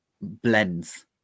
blends